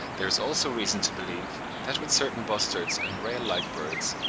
there is also reason to believe that with certain bustards and rail-like birds,